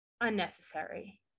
unnecessary